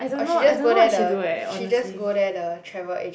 or she just go there the she just go there the travel agent